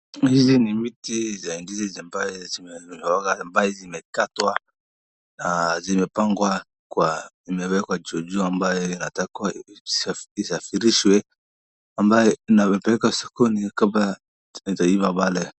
Hizi ni miti za ndizi ambaye zimelonga ambaye zimekatwa na zimepangwa kwa imeekwa kwa juu ambaye zinatakwa kusafirishwe ambaye inapelekwa sokoni kama ijaivaa bado